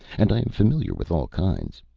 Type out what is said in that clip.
and i am familiar with all kinds.